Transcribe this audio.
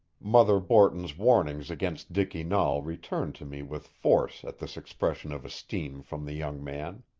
mother borton's warnings against dicky nahl returned to me with force at this expression of esteem from the young man,